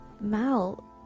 Mal